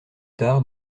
tard